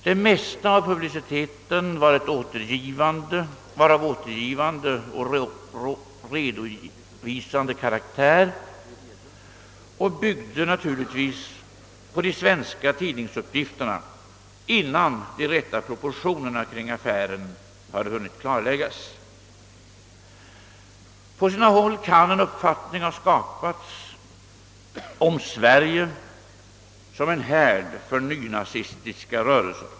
Det mesta av publiciteten var av återgivande och redogörande karaktär och byggde naturligtvis på de svenska tidningsuppgifterna innan de rätta proportionerna kring affären hade hunnit klarläggas. På sina håll kan en uppfattning ha skapats om Sverige som en härd för nynazistiska rörelser.